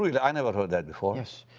really, i never heard that before. yes.